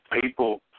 People